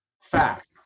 Fact